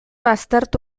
aztertu